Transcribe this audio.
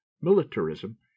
militarism